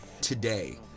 today